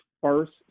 first